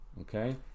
Okay